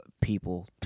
people